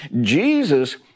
Jesus